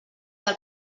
del